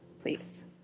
please